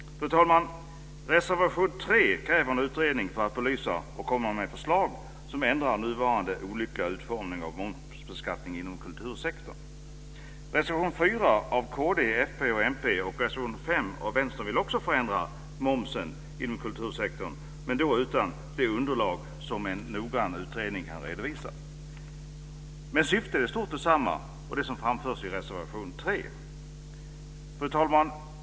Fru talman! I reservation 3 krävs en utredning för att belysa och komma med förslag som ändrar nuvarande olyckliga utformning av momsbeskattningen inom kultursektorn. av Vänstern vill man också förändra momsen inom kultursektorn, men då utan det underlag som en noggrann utredning kan redovisa. Men syftet är i stort detsamma som det som framförs i reservation 3. Fru talman!